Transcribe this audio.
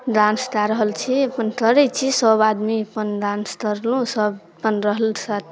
dance कए रहल छी अपन करै छी सब आदमी अपन डान्स करलु सब अपन रहल साथ